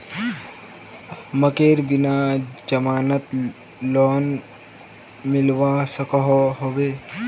मकईर बिना जमानत लोन मिलवा सकोहो होबे?